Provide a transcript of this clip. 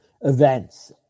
events